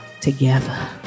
together